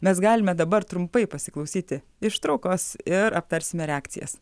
mes galime dabar trumpai pasiklausyti ištraukos ir aptarsime reakcijas